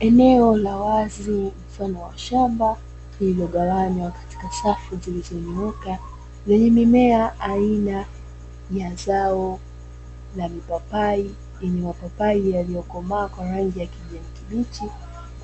Eneo la wazi mfano wa shamba lililogawanywa katika safu zilizonyooka lenye mimea aina ya zao la mipapai; lenye mapapai yaliyokomaa kwa rangi ya kijani kibichi